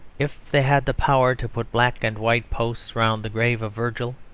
if they had the power to put black and white posts round the grave of virgil,